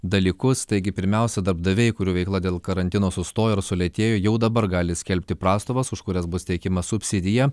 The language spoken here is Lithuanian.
dalykus taigi pirmiausia darbdaviai kurių veikla dėl karantino sustojo sulėtėjo jau dabar gali skelbti prastovas už kurias bus teikiama subsidija